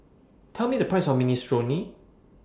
Tell Me The Price of Minestrone